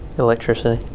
electricity.